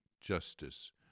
justice